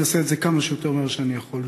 אני אעשה את זה כמה שיותר מהר, ככל שאני יכול.